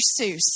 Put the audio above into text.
Seuss